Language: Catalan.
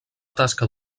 tasca